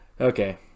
Okay